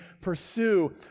pursue